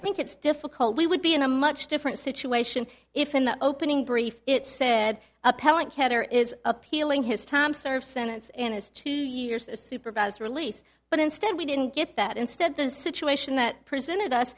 think it's difficult we would be in a much different situation if in the opening brief it said appellant header is appealing his time served sentence and his two years of supervised release but instead we didn't get that instead the situation that presented us